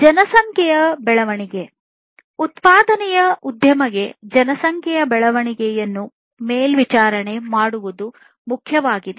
ಜನಸಂಖ್ಯೆಯ ಬೆಳವಣಿಗೆ ಉತ್ಪಾದನೆಯ ಉದ್ಯಮಗೆ ಜನಸಂಖ್ಯೆಯ ಬೆಳವಣಿಗೆಯನ್ನು ಮೇಲ್ವಿಚಾರಣೆ ಮಾಡುವುದು ಮುಖ್ಯವಾಗಿದೆ